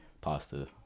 Pasta